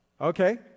Okay